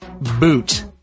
Boot